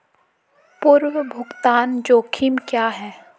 पूर्व भुगतान जोखिम क्या हैं?